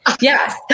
Yes